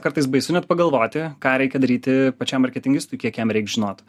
kartais baisu net pagalvoti ką reikia daryti pačiam marketingistui kiek jam reik žinot